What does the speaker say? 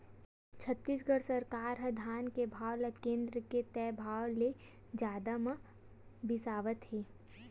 छत्तीसगढ़ सरकार ह धान के भाव ल केन्द्र के तय भाव ले जादा म बिसावत हे